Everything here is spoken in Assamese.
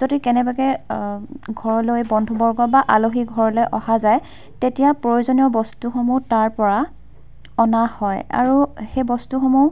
যদি কেনেবাকৈ ঘৰলৈ বন্ধুবৰ্গ বা আলহী ঘৰলৈ অহা যায় তেতিয়া প্ৰয়োজনীয় বস্তুসমূহ তাৰ পৰা অনা হয় আৰু সেই বস্তুসমূহ